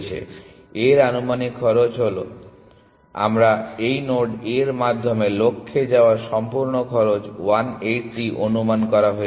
A এর আনুমানিক খরচ মানে হলো আমরা এই নোড A এর মাধ্যমে লক্ষ্যে যাওয়ার সম্পূর্ণ খরচ 180 অনুমান করা হয়েছে